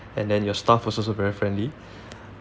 and then your staff was also very friendly